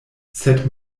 sed